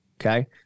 Okay